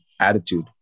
attitude